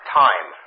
time